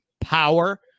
power